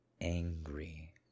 angry